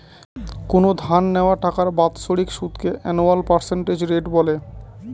কোনো ধার নেওয়া টাকার বাৎসরিক সুদকে আনুয়াল পার্সেন্টেজ রেট বলে